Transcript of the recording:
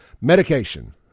Medication